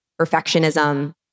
Perfectionism